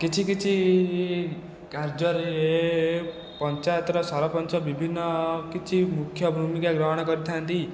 କିଛି କିଛି କାର୍ଯ୍ୟରେ ପଞ୍ଚାୟତର ସରପଞ୍ଚ ବିଭିନ୍ନ କିଛି ମୁଖ୍ୟ ଭୂମିକା ଗ୍ରହଣ କରିଥାନ୍ତି